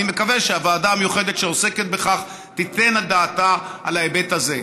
אני מקווה שהוועדה המיוחדת שעוסקת בכך תיתן את דעתה על ההיבט הזה.